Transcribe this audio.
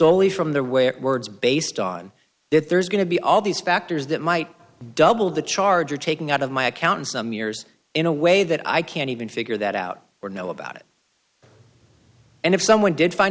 only from the way or words based on there's going to be all these factors that might double the charge or taking out of my account in some years in a way that i can't even figure that out or know about it and if someone did find